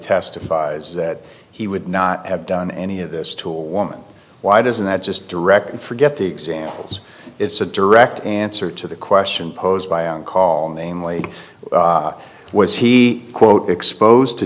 testifies that he would not have done any of this tool why doesn't that just direct and forget the examples it's a direct answer to the question posed by on call namely was he quote exposed to